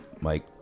mike